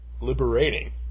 Liberating